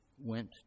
went